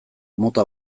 mota